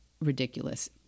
ridiculous